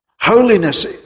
Holiness